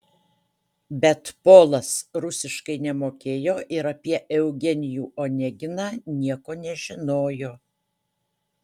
bet polas rusiškai nemokėjo ir apie eugenijų oneginą nieko nežinojo